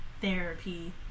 therapy